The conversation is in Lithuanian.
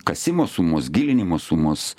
kasimo sumos gilinimo sumos